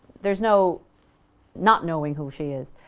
there's no not knowing who she is,